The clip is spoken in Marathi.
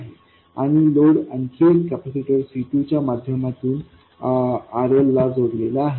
आणि लोड आणखी एका कॅपेसिटर C2च्या माध्यमातून RL ला जोडलेले आहे